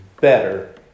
better